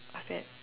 attacked